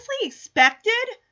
expected